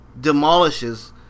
demolishes